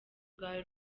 rwawe